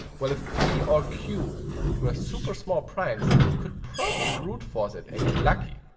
well if p or q were super small primes we could probably bruteforce it and get lucky.